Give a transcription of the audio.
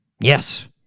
Yes